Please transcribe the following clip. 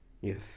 Yes